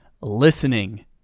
listening